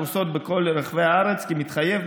הפרוסות בכל רחבי הארץ כמתחייב,